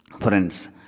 Friends